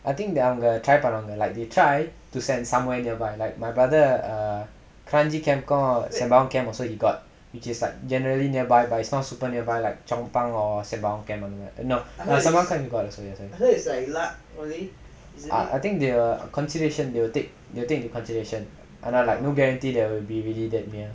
I think they அவங்க:avanga try பண்ணுவாங்க:pannuvaanga like they try to send somewhere nearby like my brother uh kranji camp call sembawang camp also he got is like generally nearby but it's not super nearby like chong pang or sembawang camp all that but sembawang camp quite far also I think they will take into consideration they will take the take the consideration and like no guarantee that will be really that near